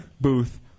booth